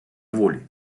волі